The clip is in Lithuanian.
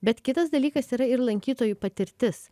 bet kitas dalykas yra ir lankytojų patirtis